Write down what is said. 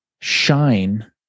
shine